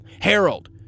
Harold